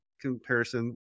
comparison